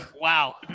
Wow